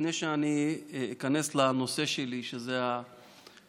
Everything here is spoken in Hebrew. לפני שאני איכנס לנושא שלי, שזה הנפילה,